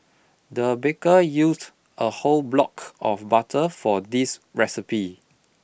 the baker used a whole block of butter for this recipe